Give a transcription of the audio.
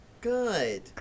Good